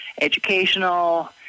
educational